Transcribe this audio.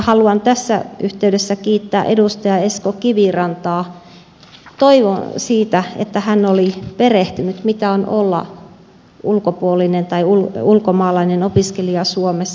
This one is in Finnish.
haluan tässä yhteydessä kiittää edustaja esko kivirantaa siitä että hän oli perehtynyt siihen mitä on olla ulkomaalainen opiskelija suomessa